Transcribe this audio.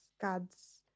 God's